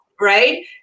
right